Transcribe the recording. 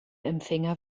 empfänger